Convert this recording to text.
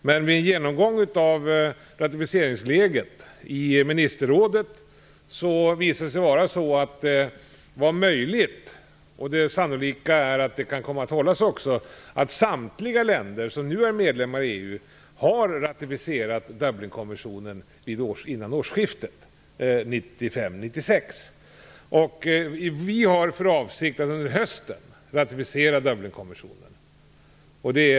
Men vid genomgång av ratificeringsläget i ministerrådet visade det sig vara möjligt - det sannolika är att det kan komma att hållas - att samtliga länder som nu är medlemmar i EU har ratificerat Dublinkonventionen före årsskiftet 1995/96. Vi har för avsikt att under hösten ratificera konventionen.